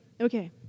Okay